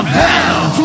hell